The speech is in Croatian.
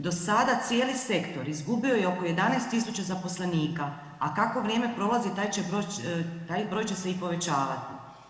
Do sada cijeli sektor izgubio je oko 11 000 zaposlenika a kako vrijeme prolazi, taj broj će se i povećavati.